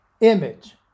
image